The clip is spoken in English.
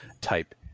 type